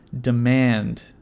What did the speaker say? demand